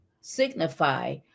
signify